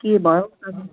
के भयो अब